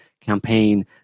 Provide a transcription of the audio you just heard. campaign